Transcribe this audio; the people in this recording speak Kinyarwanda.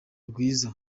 rwiza